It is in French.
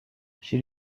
chez